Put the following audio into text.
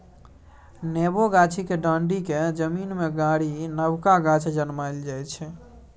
नेबो गाछक डांढ़ि केँ जमीन मे गारि नबका गाछ जनमाएल जाइ छै